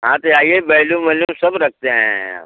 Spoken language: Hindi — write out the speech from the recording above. हाँ तो आइए बैलून वैलून सब रखते हैं यहाँ